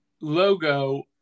logo